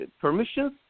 permissions